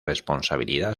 responsabilidad